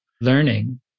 learning